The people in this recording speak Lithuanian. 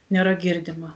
nėra girdima